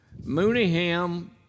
Mooneyham